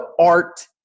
art